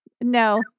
No